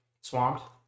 swamped